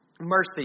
Mercy